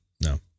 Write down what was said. No